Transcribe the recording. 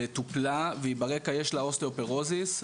שטופלה וברקע יש לה אוסטאופורוזיס,